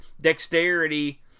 dexterity